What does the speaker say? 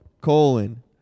Colon